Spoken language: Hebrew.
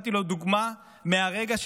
ונתתי לו דוגמה מהרגע,